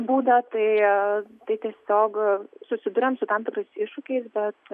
būdą tai tai tiesiog susiduriam su tam tikrais iššūkiais bet